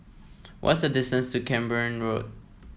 what's the distance to Camborne Road